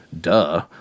duh